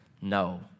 no